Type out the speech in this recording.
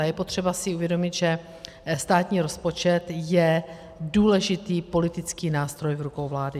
A je potřeba si uvědomit, že státní rozpočet je důležitý politický nástroj v rukou vlády.